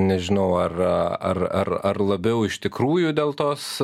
nežinau ar ar ar ar labiau iš tikrųjų dėl tos